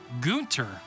Gunter